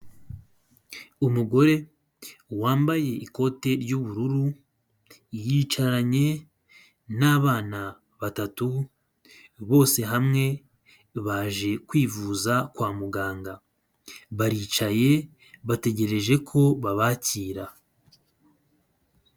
Umugore wambaye ikote ry'ubururu yicaranye nbana batatu bose hamwe baje kwivuza kwa muganga baricaye bategereje ko babakira.